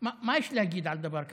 מה יש להגיד על דבר כזה?